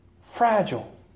Fragile